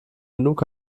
genug